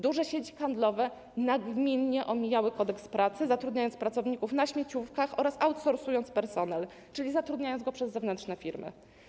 Duże sieci handlowe nagminnie omijały Kodeks pracy, zatrudniając pracowników na śmieciówkach oraz stosując outsourcing, czyli zatrudniając ich przez zewnętrzne firmy.